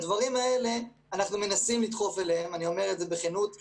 אנחנו מנסים לדחוף לזה, אני אומר את זה בכנות.